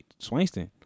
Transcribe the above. Swainston